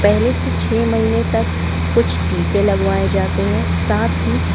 पहले से छः महीने तक कुछ टीके लगवाएं जाते हैं साथ ही